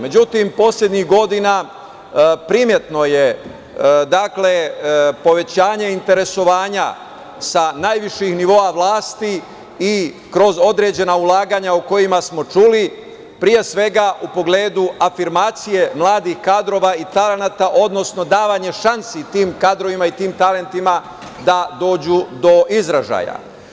Međutim, poslednjih godina primetno je povećanje interesovanja sa najviših nivoa vlasti i kroz određena ulaganja o kojima smo čuli pre svega u pogledu afirmacije mladih kadrova i talenata, odnosno davanje šansi tim kadrovima da dođu do izražaja.